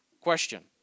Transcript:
Question